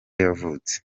yavutse